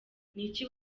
niki